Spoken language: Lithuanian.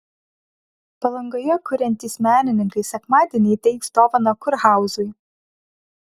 palangoje kuriantys menininkai sekmadienį įteiks dovaną kurhauzui